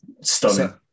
stunning